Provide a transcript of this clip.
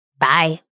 Bye